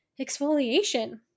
exfoliation